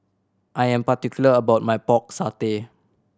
I am particular about my Pork Satay